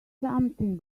something